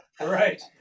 right